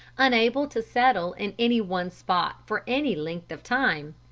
unable to settle in any one spot for any length of time,